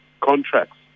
contracts